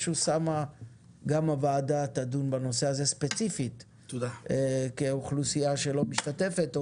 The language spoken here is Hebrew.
אוסאמה גם הוועדה תדון בנושא הזה ספציפית כאוכלוסיה שלא משתתפת או